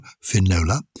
Finola